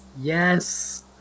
Yes